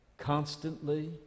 constantly